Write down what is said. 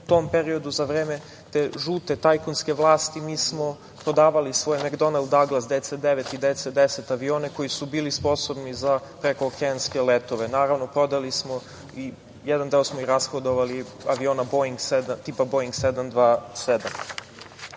u tom periodu za vreme te žute tajkunske vlasti, mi smo prodavali svoje Mekdonel-Daglas DC-9 i DC-10, avione koji su bili sposobni za prekookeanske letove. Naravno, prodali smo, jedan deo smo i rashodovali aviona tipa „Boing 727“.U